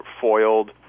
foiled